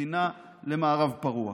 המדינה למערב פרוע.